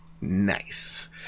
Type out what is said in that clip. Nice